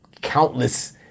countless